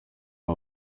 aba